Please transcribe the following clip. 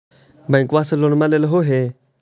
बैंकवा से लोनवा लेलहो हे?